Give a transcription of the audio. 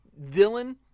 villain